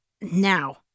now